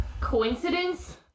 coincidence